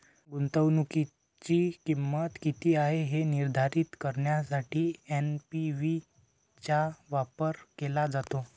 गुंतवणुकीची किंमत किती आहे हे निर्धारित करण्यासाठी एन.पी.वी चा वापर केला जातो